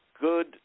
good